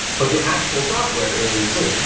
but the actual software is free.